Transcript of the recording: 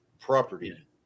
property